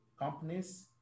companies